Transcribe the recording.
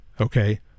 okay